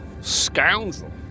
Scoundrel